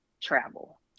travel